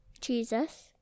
Jesus